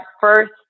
first